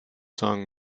song